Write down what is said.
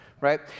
right